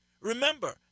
Remember